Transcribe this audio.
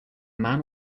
man